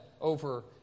over